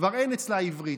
כבר אין אצלה עברית.